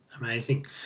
Amazing